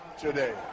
today